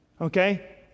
Okay